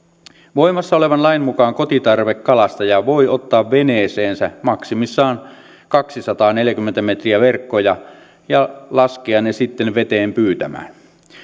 voimassa olevan lain mukaan kotitarvekalastaja voi ottaa veneeseensä maksimissaan kaksisataaneljäkymmentä metriä verkkoja ja laskea ne sitten veteen pyytämään